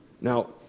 Now